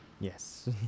Yes